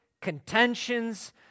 contentions